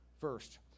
First